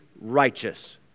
righteous